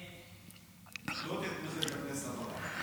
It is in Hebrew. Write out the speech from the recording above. לא תתמודד בכנסת הבאה.